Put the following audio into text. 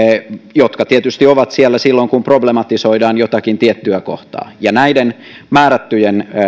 jotka tietysti ovat siellä silloin kun problemati soidaan jotakin tiettyä kohtaa ja näiden määrättyjen